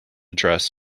dress